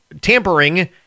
tampering